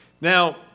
Now